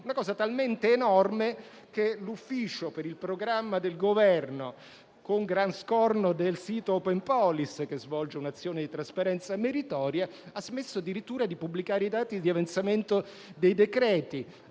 una cosa talmente enorme che l'Ufficio per il programma di Governo, con grande scorno del sito Openpolis che svolge un'azione di trasparenza meritoria, ha smesso addirittura di pubblicare i dati di avanzamento dei decreti,